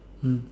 mm